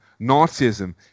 Nazism